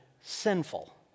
sinful